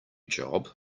job